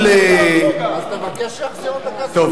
אז תבקש שיחזירו את הכסף,